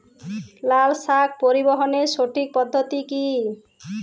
লালশাক পরিবহনের সঠিক পদ্ধতি কি?